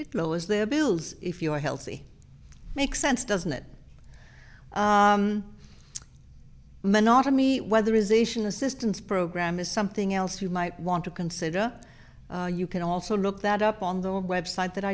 it lowers their bills if you are healthy makes sense doesn't it monogamy whether ization assistance program is something else you might want to consider you can also look that up on the website that